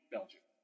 Belgium